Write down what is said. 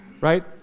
Right